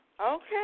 Okay